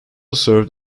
served